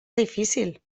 difícil